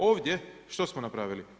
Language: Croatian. Ovdje što smo napravili?